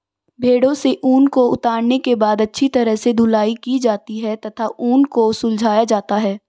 भेड़ों से ऊन को उतारने के बाद अच्छी तरह से धुलाई की जाती है तथा ऊन को सुलझाया जाता है